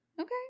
Okay